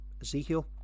Ezekiel